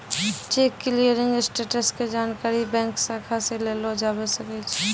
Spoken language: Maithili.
चेक क्लियरिंग स्टेटस के जानकारी बैंक शाखा से लेलो जाबै सकै छै